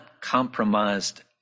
compromised